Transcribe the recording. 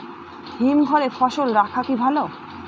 হিমঘরে ফসল রাখা কি ভালো?